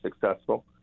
successful